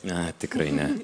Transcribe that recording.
ne tikrai ne